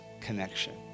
connection